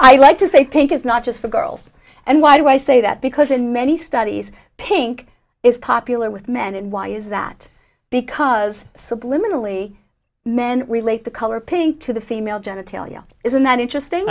i like to say pink is not just for girls and why do i say that because in many studies pink is popular with men and why is that because subliminally men relate the color pink to the female genitalia isn't that interesting